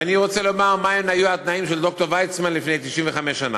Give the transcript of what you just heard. ואני רוצה לומר מה היו התנאים של ד"ר ויצמן לפני 95 שנה: